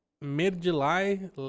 mid-July